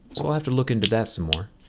so i'll have to look into that some more.